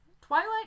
Twilight